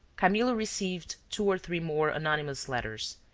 camillo received two or three more anonymous letters,